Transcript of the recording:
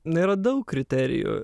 na yra daug kriterijų